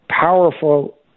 powerful